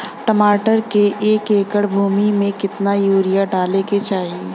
टमाटर के एक एकड़ भूमि मे कितना यूरिया डाले के चाही?